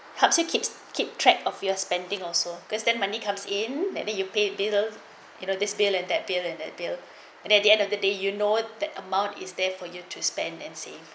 perhaps you keeps keep track of your spending also because then money comes in that then you paid bills you know this bill and that bill and that bill and at the end of the day you know that amount is there for you to spend and save